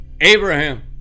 Abraham